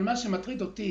אבל מה שמטריד אותי